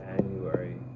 January